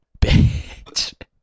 bitch